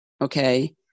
Okay